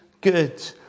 good